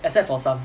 except for some